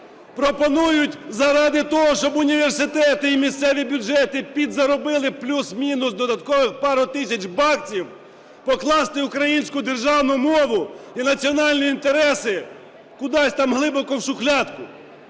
пропонують заради того, щоб університети і місцеві бюджети підзаробили плюс-мінус додаткових пару тисяч баксів, покласти українську державну мову і національні інтереси кудись там глибоко в шухлядку.